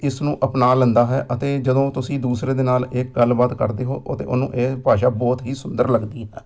ਇਸ ਨੂੰ ਅਪਣਾ ਲੈਂਦਾ ਹੈ ਅਤੇ ਜਦੋਂ ਤੁਸੀਂ ਦੂਸਰੇ ਦੇ ਨਾਲ ਇਹ ਗੱਲਬਾਤ ਕਰਦੇ ਹੋ ਉਹ ਅਤੇ ਉਹਨੂੰ ਇਹ ਭਾਸ਼ਾ ਬਹੁਤ ਹੀ ਸੁੰਦਰ ਲੱਗਦੀ ਹੈ